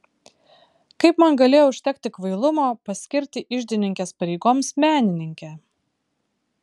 kaip man galėjo užtekti kvailumo paskirti iždininkės pareigoms menininkę